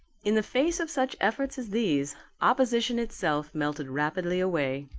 in the face of such efforts as these, opposition itself melted rapidly away.